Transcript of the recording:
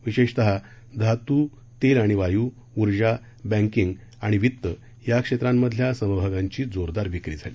विशेषतः धातू तेल आणि वायू ऊर्जा बॅंकिंग आणि वित्त या क्षेत्रांमधल्या समभागांची जोरदार विक्री झाली